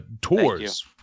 tours